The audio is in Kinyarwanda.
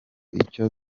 icyo